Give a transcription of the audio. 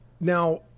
Now